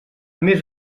més